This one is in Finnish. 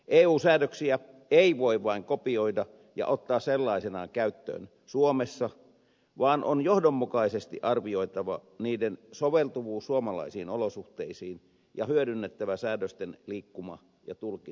eu säädöksiä ei voi vain kopioida ja ottaa sellaisenaan käyttöön suomessa vaan on johdonmukaisesti arvioitava niiden soveltuvuus suomalaisiin olosuhteisiin ja hyödynnettävä säädösten liikkuma ja tulkinnanvara